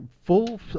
full